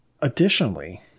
Additionally